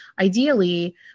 ideally